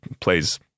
plays